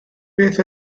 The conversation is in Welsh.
beth